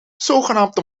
zogenaamd